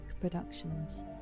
Productions